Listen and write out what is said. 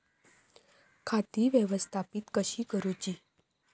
खाती व्यवस्थापित कशी करूची?